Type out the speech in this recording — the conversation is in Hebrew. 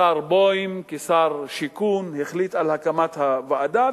השר בוים, כשר השיכון, החליט על הקמת הוועדה.